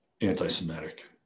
anti-Semitic